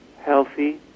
healthy